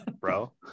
bro